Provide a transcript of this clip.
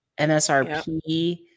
msrp